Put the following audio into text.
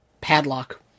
padlock